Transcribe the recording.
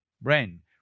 brain